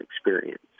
experience